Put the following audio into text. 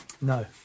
No